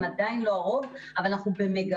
הן עדיין לא הרוב אבל אנחנו במגמה.